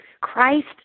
Christ